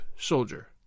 Soldier